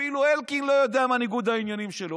אפילו אלקין לא יודע מה ניגוד העניינים שלו.